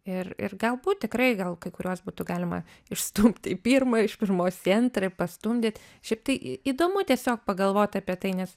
ir ir galbūt tikrai gal kai kuriuos būtų galima išstumt į pirmą iš pirmos į antrą ir pastumdyt šiaip tai įdomu tiesiog pagalvot apie tai nes